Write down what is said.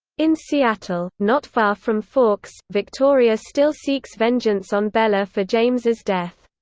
in seattle, not far from forks, victoria still seeks vengeance on bella for james's death.